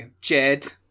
Jed